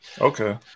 okay